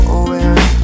aware